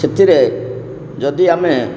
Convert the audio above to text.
ସେଥିରେ ଯଦି ଆମେ